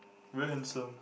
very handsome